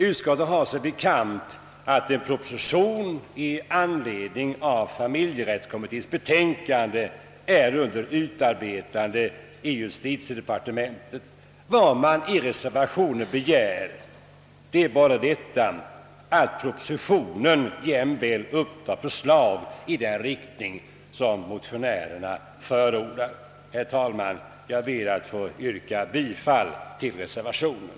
Utskottet har sig bekant att en proposition i anledning av familjerättskommitténs betänkande är under utarbetande i justitiedepartementet. Vad man i reservationen begär är bara, att propositionen jämväl upptar förslag i den riktning som motionärerna förordar. Herr talman! Jag ber att få yrka bifall till reservationen.